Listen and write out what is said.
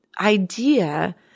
idea